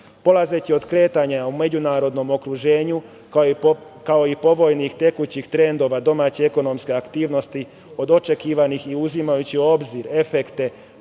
od kretanja u međunarodnom okruženju, kao i povoljnih tekućih trendova domaće ekonomske aktivnosti od očekivanih i uzimajući u obzir efekte